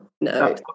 No